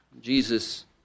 Jesus